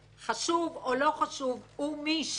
חשוב או לא חשוב, הוא משני.